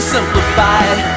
Simplified